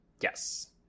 Yes